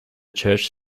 church